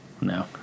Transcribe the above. No